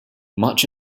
much